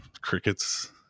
crickets